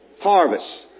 Harvest